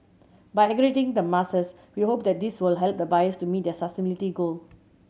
by aggregating the masses we hope that this will help the buyers to meet their sustainability goal